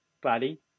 Buddy